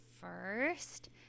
first